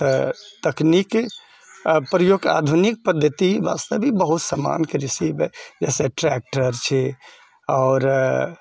तऽ तकनीकी प्रयोगके आधुनिक पद्धति वास्ते भी बहुत समानके कृषि सेक्टर छै आओर